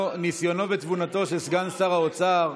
ותבונתו של סגן שר האוצר,